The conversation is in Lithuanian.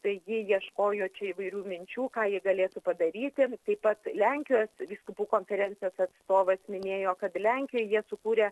taigi ieškojo čia įvairių minčių ką jie galėtų padaryti taip pat lenkijos vyskupų konferencijos atstovas minėjo kad lenkijoj jie sukūrė